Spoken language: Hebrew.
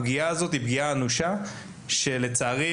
הפגיעה הזאת היא פגיעה אנושה, שלצערי,